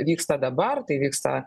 vyksta dabar tai vyksta